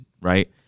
right